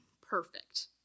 perfect